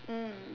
mm